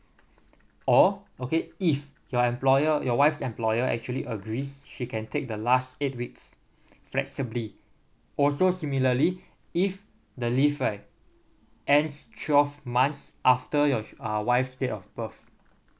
or okay if your employer your wife's employer actually agrees she can take the last eight weeks flexibly also similarly if the leave right ends twelve months after your uh wife's date of birth